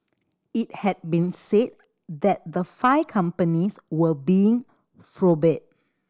it had been said that the five companies were being probed